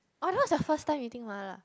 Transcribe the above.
oh that was your first time eating mala